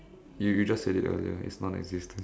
you you just said it earlier it's nonexistent